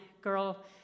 girl